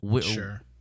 sure